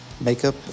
makeup